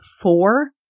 four